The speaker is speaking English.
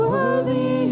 Worthy